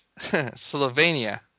Slovenia